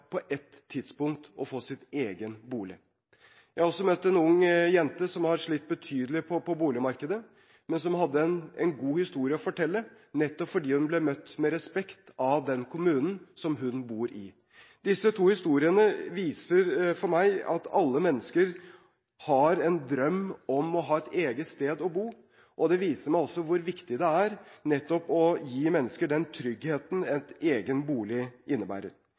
på et tidspunkt å få sin egen bolig. Jeg har også møtt en ung jente som har slitt betydelig på boligmarkedet, men som hadde en god historie å fortelle, nettopp fordi hun ble møtt med respekt av den kommunen som hun bor i. Disse to historiene viser for meg at alle mennesker har en drøm om å ha et eget sted å bo, og det viser meg også hvor viktig det er nettopp å gi mennesker den tryggheten